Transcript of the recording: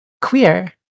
queer